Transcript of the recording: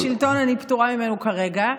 העול של סמל שלטון, אני פטורה ממנו כרגע.